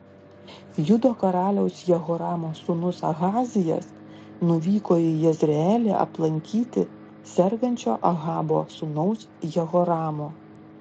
judo karaliaus jehoramo sūnus ahazijas nuvyko į jezreelį aplankyti sergančio ahabo sūnaus jehoramo